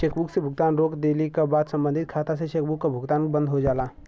chequebook से भुगतान रोक देले क बाद सम्बंधित खाता से चेकबुक क भुगतान बंद हो जाला